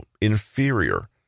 inferior